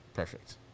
Perfect